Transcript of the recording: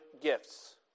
gifts